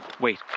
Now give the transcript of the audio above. Wait